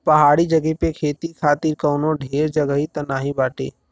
पहाड़ी जगह पे खेती खातिर कवनो ढेर जगही त नाही बाटे